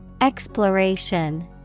Exploration